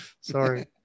Sorry